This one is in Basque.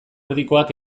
erdikoak